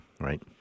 right